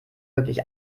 wirklich